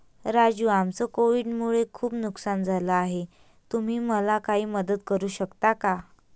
राजू आमचं कोविड मुळे खूप नुकसान झालं आहे तुम्ही मला काही मदत करू शकता का?